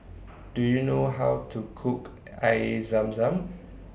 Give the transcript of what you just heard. Do YOU know How to Cook Air Zam Zam